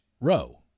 row